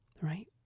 right